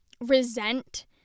Resent